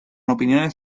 opiniones